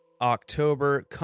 October